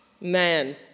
man